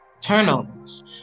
turnovers